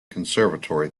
conservatory